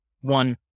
one